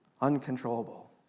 uncontrollable